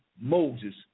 Moses